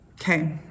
Okay